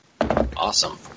awesome